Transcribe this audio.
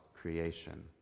creation